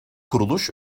kuruluş